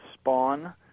Spawn